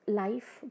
life